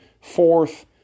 fourth